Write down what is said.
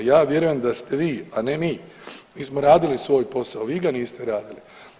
Ja vjerujem da ste vi, a ne mi, mi smo radili svoj posao, vi ga niste radili.